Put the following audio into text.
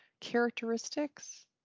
characteristics